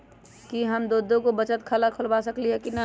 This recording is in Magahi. कि हम दो दो गो बचत खाता खोलबा सकली ह की न?